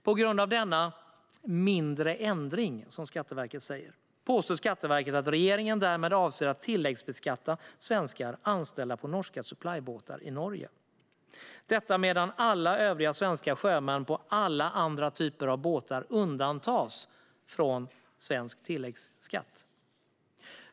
På grund av denna "mindre ändring", som Skatteverket säger, påstår Skatteverket att regeringen därmed avser att tilläggsbeskatta svenskar anställda på norska supplybåtar i Norge. Detta medan alla övriga svenska sjömän på alla andra typer av båtar undantas från svensk tilläggsskatt.